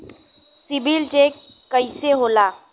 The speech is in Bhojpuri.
सिबिल चेक कइसे होला?